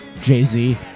jay-z